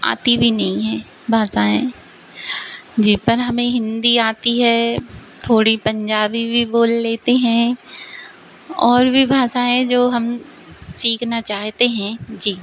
आती भी नहीं हैं भाषाएं जी पर हमें हिन्दी आती है थोड़ी पंजाबी भी बोल लेते हैं और भी भाषाएं जो हम सीखना चाहते हैं जी